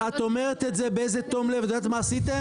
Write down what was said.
את אומרת את זה באיזה תום לב, את יודעת מה עשיתם?